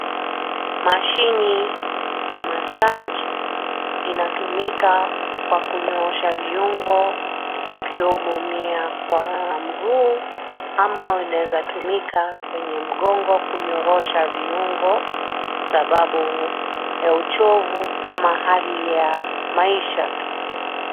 Mashine ya massage inatumika kwa kunyoosha viungo ukiwa umeumia kwa eneo la mguu, ama unaeza tumika kwenye mgongo kunyorosha viungo sababu ya uchovu ama hali ya maisha tu.